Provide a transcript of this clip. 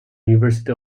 university